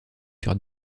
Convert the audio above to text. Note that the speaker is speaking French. sur